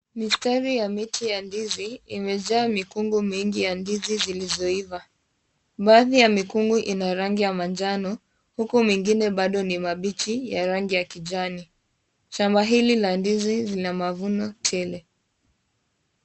Mistari ya miti ya ndizi, imejaa mikungu mingi ya ndizi zilizoiva. Baadhi ya mikungu ina rangi ya manjano, huku mengine bado ni mabichi ya rangi ya kijani. Shamba hili la ndizi zina mavuno tele.